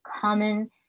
common